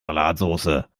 salatsoße